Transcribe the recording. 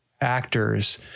actors